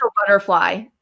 butterfly